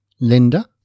Linda